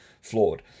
flawed